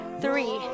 three